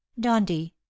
Dondi